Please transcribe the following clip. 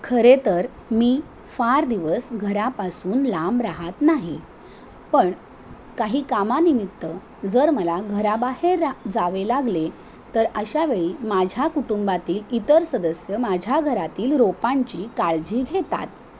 खरे तर मी फार दिवस घरापासून लांब राहात नाही पण काही कामानिमित्त जर मला घराबाहेर रा जावे लागले तर अशावेेळी माझ्या कुटुंबातील इतर सदस्य माझ्या घरातील रोपांची काळजी घेतात